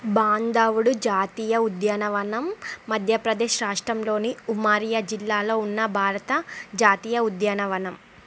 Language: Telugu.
బాంధవుడు జాతీయ ఉద్యానవనం మధ్యప్రదేశ్ రాష్ట్రంలోని ఉమారియా జిల్లాలో ఉన్న భారత జాతీయ ఉద్యానవనం